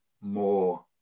more